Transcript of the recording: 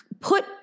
put